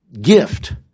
gift